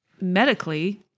medically